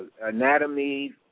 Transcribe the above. anatomy